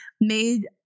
made